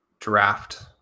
draft